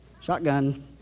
shotgun